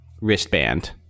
wristband